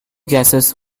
gases